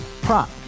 Prop